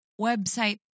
website